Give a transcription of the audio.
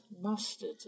Mustard